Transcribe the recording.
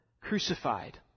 crucified